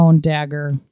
dagger